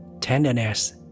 tenderness